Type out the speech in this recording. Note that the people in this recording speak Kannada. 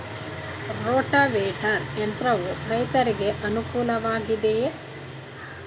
ರೋಟಾವೇಟರ್ ಯಂತ್ರವು ರೈತರಿಗೆ ಅನುಕೂಲ ವಾಗಿದೆಯೇ?